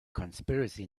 conspiracy